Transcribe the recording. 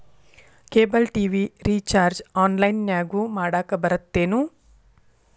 cable TV recharge ಆನ್ಲೈನ್ನ್ಯಾಗು ಮಾಡಕ ಬರತ್ತೇನು